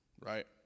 right